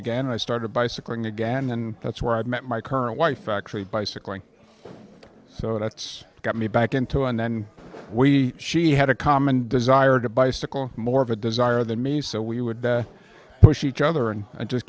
and i started bicycling again and that's where i met my current wife actually bicycling so that's got me back into and then we she had a common desire to bicycle more of a desire than me so we would push each other and just